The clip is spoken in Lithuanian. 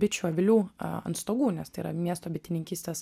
bičių avilių ant stogų nes tai yra miesto bitininkystės